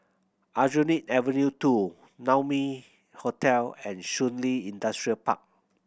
Aljunied Avenue Two Naumi Hotel and Shun Li Industrial Park